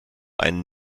ein